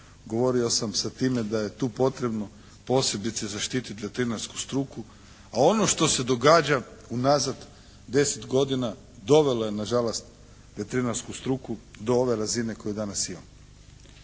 govorio sam sa time da je tu potrebno posebice zaštititi veterinarsku struku, a ono što se događa unazad deset godina dovelo je na žalost veterinarsku struku do ove razine koju danas imamo.